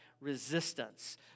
resistance